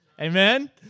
Amen